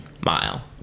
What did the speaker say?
mile